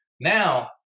Now